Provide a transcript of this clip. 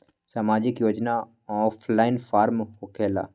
समाजिक योजना offline form होकेला?